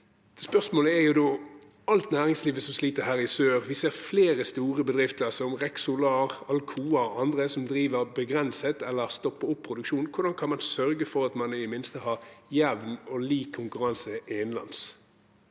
alt næringslivet som sliter her i sør – vi ser flere store bedrifter som Rex Solar, Alcoa og andre, som driver begrenset, eller stopper opp produksjonen – hvordan kan man sørge for at man i det minste har jevn og lik konkurranse innenlands?